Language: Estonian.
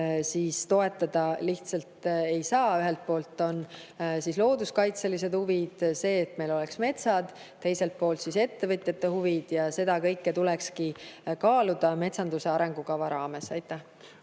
ühele toetada lihtsalt ei saa. Ühelt poolt on looduskaitselised huvid, et meil oleks metsad, teiselt poolt on ettevõtjate huvid. Seda kõike tulekski kaaluda metsanduse arengukava raames. Aitäh!